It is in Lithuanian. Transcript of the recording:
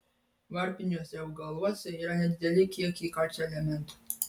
varpiniuose augaluose yra nedideli kiekiai kalcio elemento